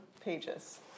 pages